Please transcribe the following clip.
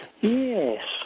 Yes